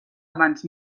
abans